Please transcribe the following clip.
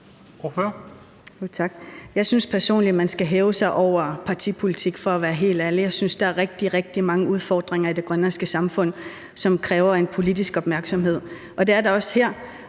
Jeg synes personligt, at man skal hæve sig over partipolitik, for at være helt ærlig. Jeg synes, der er rigtig, rigtig mange udfordringer i det grønlandske samfund, som kræver en politisk opmærksomhed, og det er der også her.